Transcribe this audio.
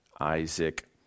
Isaac